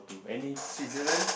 Switzerland